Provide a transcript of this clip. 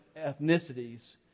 ethnicities